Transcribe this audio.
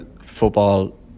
football